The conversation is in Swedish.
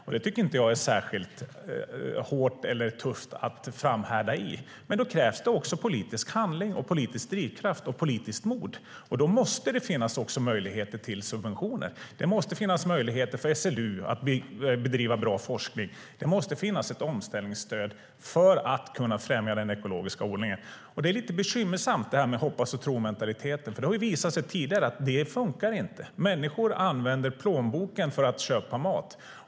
Jag tycker inte att det är särskilt hårt eller tufft att framhärda med det, men då krävs det också politisk handling, politisk drivkraft och politiskt mod. Då måste det också finnas möjligheter till subventioner. Det måste finnas möjligheter för SLU att bedriva bra forskning. Det måste finnas ett omställningsstöd för att främja den ekologiska odlingen. Den här hoppas-och-tro-mentaliteten är lite bekymmersam. Det har visat sig tidigare att den inte fungerar. Människor använder plånboken när de köper mat.